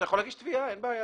אתה יכול להגיש תביעה, אין בעיה.